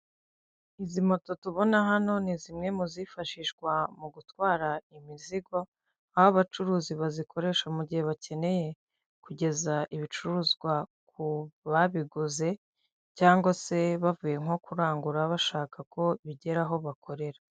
Izi moto tubona hano ni zimwe muzifashishwa, mu gutwara imizigo, aho abacuruzi bazikoresha mu gihe bakeneye kugeza ibicuruzwa ku babiguze cyangwa se bavuye nko kurangura bashaka ko bigera aho bakorera.